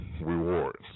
rewards